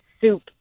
soup